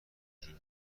جور